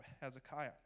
Hezekiah